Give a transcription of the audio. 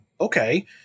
okay